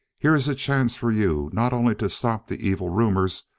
here is a chance for you not only to stop the evil rumors,